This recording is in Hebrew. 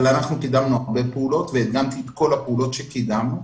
אבל אנחנו קידמנו הרבה פעולות והדגמתי את כל הפעולות שקידמנו,